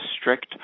strict